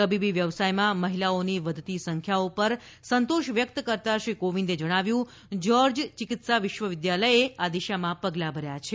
તબીબી વ્યવસાયમાં મહિલાઓની વધતી સંખ્યા પર સંતોષ વ્યક્ત કરતાં શ્રી કોવિંદે જણાવ્યું કે જ્યોર્જ ચિકિત્સા વિશ્વવિદ્યાલયે આ દિશામાં પગલાં ભર્યા છે